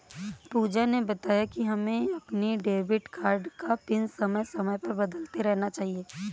पूजा ने बताया कि हमें अपने डेबिट कार्ड का पिन समय समय पर बदलते रहना चाहिए